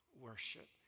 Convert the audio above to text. worship